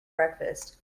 breakfast